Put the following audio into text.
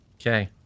Okay